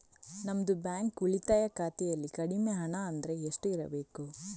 ನಮ್ಮದು ಬ್ಯಾಂಕ್ ಉಳಿತಾಯ ಖಾತೆಯಲ್ಲಿ ಕಡಿಮೆ ಹಣ ಅಂದ್ರೆ ಎಷ್ಟು ಇರಬೇಕು?